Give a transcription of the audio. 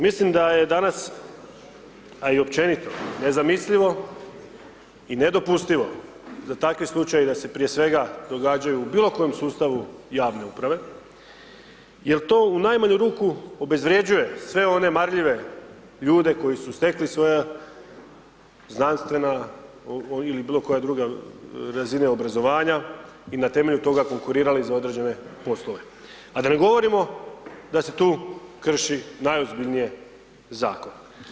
Mislim da je danas a i općenito nezamislivo i nedopustivo da takvi slučajevi, da se prije svega događaju u bilokojem sustavu javne uprave jer to u najmanju ruku obezvrjeđuje sve one marljive ljude koji su stekli svoja znanstvena ili bilokoja druga razina obrazovanja i na temelju toga konkurirali za određene poslove a da ne govorimo da se tu krši najozbiljnije zakon.